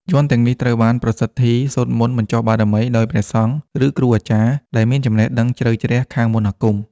យ័ន្តទាំងនេះត្រូវបានប្រសិទ្ធី សូត្រមន្តបញ្ចុះបារមី ដោយព្រះសង្ឃ ឬគ្រូអាចារ្យដែលមានចំណេះដឹងជ្រៅជ្រះខាងមន្តអាគម។